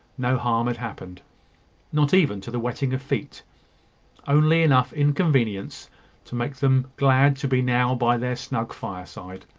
no harm had happened not even to the wetting of feet only enough inconvenience to make them glad to be now by their snug fireside.